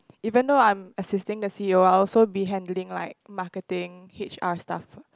even though I'm assisting the c_e_o I'll also be handling like marketing h_r stuff